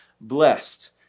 Blessed